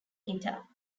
guitar